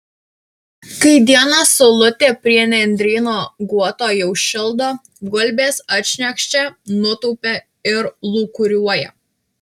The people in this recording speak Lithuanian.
kai dieną saulutė prie nendryno guoto jau šildo gulbės atšniokščia nutūpia ir lūkuriuoja